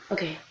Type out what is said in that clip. Okay